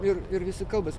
ir ir visi kalbas